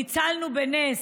ניצלנו בס.